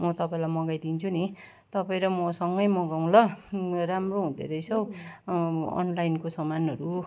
म तपाईँलाई मगाइदिन्छु नि तपाईँ र म सँगै मगाउँ ल राम्रो हुँदो रहेछ हो अनलाइनको सामानहरू